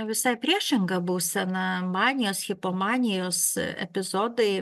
visai priešinga būsena manijos hipomanijos epizodai